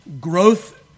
growth